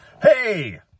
Hey